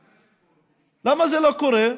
למה זה לא קורה?